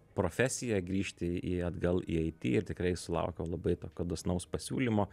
profesija grįžti į atgal į it ir tikrai sulaukiau labai tokio dosnaus pasiūlymo